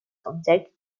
objects